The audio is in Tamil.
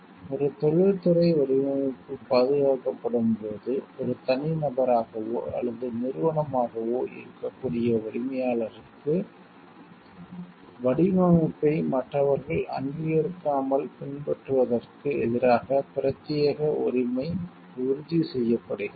ஒரு தொழில்துறை வடிவமைப்பு பாதுகாக்கப்படும் போது ஒரு தனிநபராகவோ அல்லது நிறுவனமாகவோ இருக்கக்கூடிய உரிமையாளருக்கு வடிவமைப்பை மற்றவர்கள் அங்கீகரிக்காமல் பின்பற்றுவதற்கு எதிராக பிரத்யேக உரிமை உறுதி செய்யப்படுகிறது